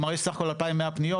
כלומר יש סך הכול 2,100 פניות.